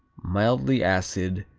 mildly acid,